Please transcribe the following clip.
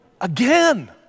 again